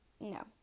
No